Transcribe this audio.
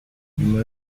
nyuma